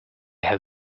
have